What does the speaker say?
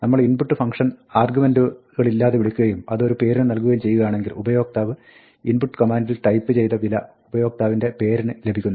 നമ്മൾ input function ആർഗ്യുമെന്റുകളില്ലാതെ വിളിക്കുകയും അത് ഒരു പേരിന് നൽകുകയും ചെയ്യുകയാണെങ്കിൽ ഉപയോക്താവ് ഇൻപുട്ട് കമാന്റിൽ ടൈപ്പ് ചെയ്ത വില ഉപയോക്താവിന്റെ പേരിന് ലഭിക്കുന്നു